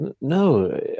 no